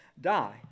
die